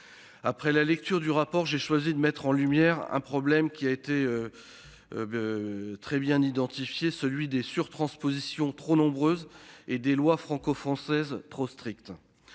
Après la lecture du rapport, j'ai choisi de mettre en lumière un problème qui a été. Très bien identifié, celui des surtranspositions, trop nombreuses et des lois franco-françaises trop strict.